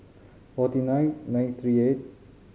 forty nine nine three eight